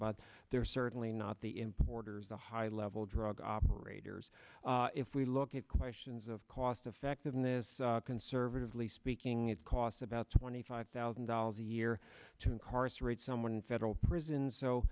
but they're certainly not the importers the high level drug operators if we look at questions of cost effectiveness conservatively speaking it costs about twenty five thousand dollars a year to incarcerate someone in federal prison so